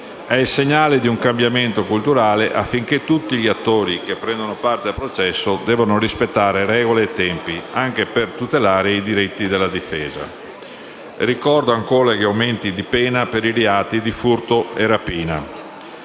è il segnale di un cambiamento culturale affinché tutti gli attori che prendono parte al processo rispettino regole e tempi, anche per tutelare i diritti della difesa. Ricordo, ancora, gli aumenti di pena per i reati di furto e rapina.